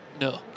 No